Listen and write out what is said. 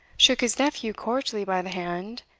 shook his nephew cordially by the hand,